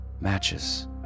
Matches